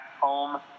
home